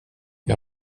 jag